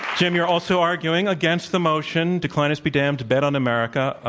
jim, you're also arguing against the motion declinists be damned bet on america.